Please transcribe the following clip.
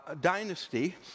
dynasty